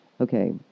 okay